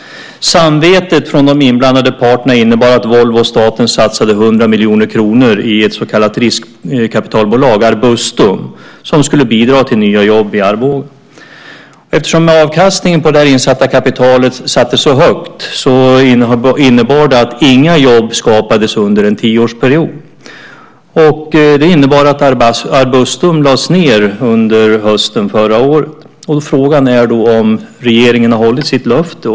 Samvetet från de inblandade parterna innebar att Volvo och staten satsade 100 miljoner kronor i ett så kallat riskkapitalbolag, Arbustum, som skulle bidra till nya jobb i Arboga. Eftersom avkastningen på det insatta kapitalet sattes så högt innebar det att inga jobb skapades under en tioårsperiod. Det innebar att Arbustum lades ned på hösten förra året. Frågan är om regeringen har hållit sitt löfte.